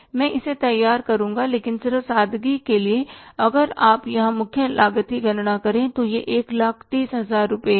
मैं इसे तैयार करुंगा लेकिन सिर्फ सादगी के लिए अगर आप यहां मुख्य लागत की गणना करें तो यह 130000 रुपये का है